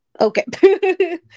Okay